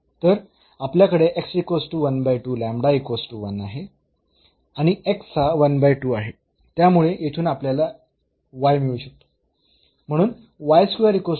तर आपल्याकडे आहे आणि हा आहे त्यामुळे येथून आपल्याला मिळू शकतो